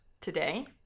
Today